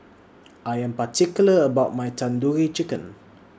I Am particular about My Tandoori Chicken